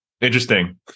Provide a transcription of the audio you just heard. Interesting